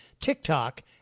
TikTok